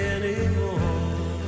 anymore